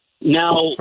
Now